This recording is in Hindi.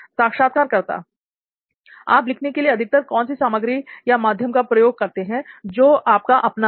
साक्षात्कारकर्ता आप लिखने के लिए अधिकतर कौनसी सामग्री या माध्यम का प्रयोग करते हैं जो आपका अपना है